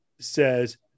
says